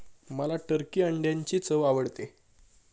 मला टर्की अंड्यांची चव आवडते